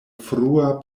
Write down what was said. frua